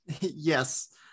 Yes